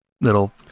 little